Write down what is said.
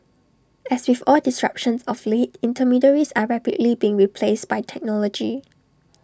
as with all disruptions of late intermediaries are rapidly being replaced by technology